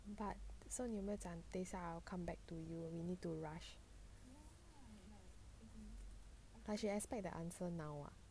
but so 你有没有讲等一下 I'll come back to you we need to rush like she expect the answer now ah